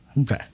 okay